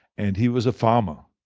and he was a farmer.